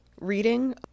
reading